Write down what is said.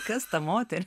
kas tą moterį